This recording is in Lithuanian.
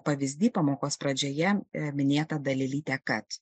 pavyzdy pamokos pradžioje minėtą dalelytę kad